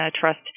trust